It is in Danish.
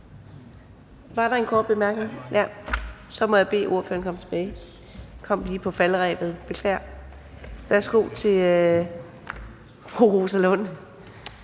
var der en kort bemærkning? Så må jeg bede ordføreren om at komme tilbage. Den kom lige på falderebet. Beklager. Værsgo til fru Rosa Lund.